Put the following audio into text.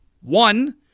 one